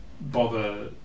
bother